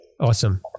Awesome